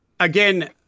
Again